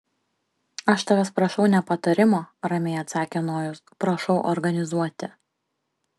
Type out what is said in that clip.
aš tavęs prašau ne patarimo ramiai atsakė nojus prašau organizuoti